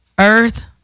Earth